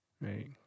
right